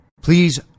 Please